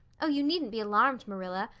oh, you needn't be alarmed, marilla.